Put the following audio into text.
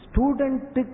Student